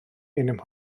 ein